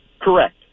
Correct